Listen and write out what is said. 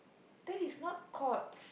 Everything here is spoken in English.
that is not Courts